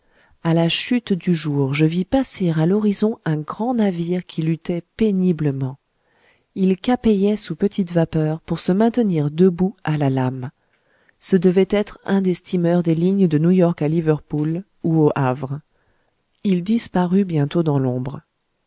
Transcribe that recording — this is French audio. a la chute du jour je vis passer à l'horizon un grand navire qui luttait péniblement il capeyait sous petite vapeur pour se maintenir debout à la lame ce devait être un des steamers des lignes de new york à liverpool ou au havre il disparut bientôt dans l'ombre